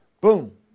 Boom